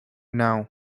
naŭ